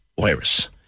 virus